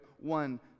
one